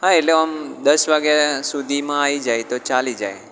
હા એટલે આમ દસ વાગ્યા સુધીમાં આવી જાય તો ચાલી જાય